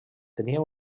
tenia